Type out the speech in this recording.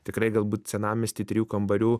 tikrai galbūt senamiesty trijų kambarių